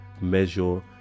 measure